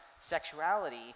sexuality